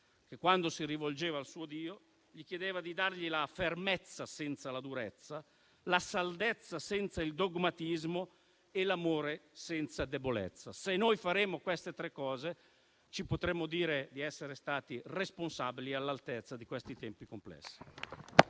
che, quando si rivolgeva al suo Dio, gli chiedeva di dargli la fermezza senza la durezza, la saldezza senza il dogmatismo e l'amore senza debolezza. Se noi faremo queste tre cose, potremo dire di essere stati responsabili e all'altezza di questi tempi complessi.